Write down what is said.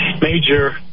major